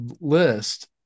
list